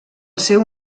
seu